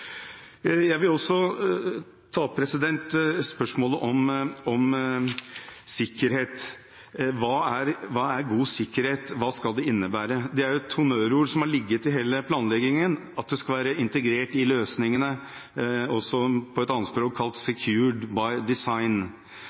Jeg vil også ta opp spørsmålet om sikkerhet. Hva er god sikkerhet? Hva skal det innebære? Det er et honnørord som har ligget i hele planleggingen, at det skal være integrert i løsningene, på et annet språk kalt «secured by design». Men både kvalitetssikrerne og konseptvalgutrederne har understreket at et